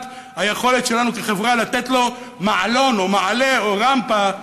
היכולת שלנו כחברה לתת לו מעלון או מעלה או רמפה,